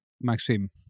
Maxim